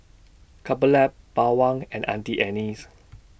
Couple Lab Bawang and Auntie Anne's